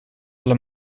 alle